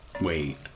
Wait